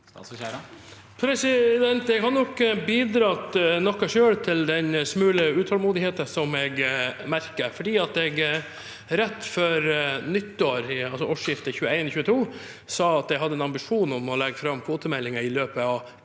Jeg har nok bidratt noe selv til den smule utålmodigheten som jeg merker, fordi jeg rett før årsskiftet 2021–2022 sa at jeg hadde en ambisjon om å legge fram kvotemeldingen i løpet av